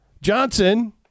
Johnson